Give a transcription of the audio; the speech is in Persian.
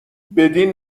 بدین